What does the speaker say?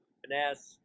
finesse